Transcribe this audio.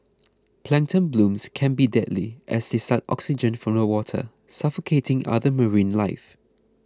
plankton blooms can be deadly as they suck oxygen from the water suffocating other marine life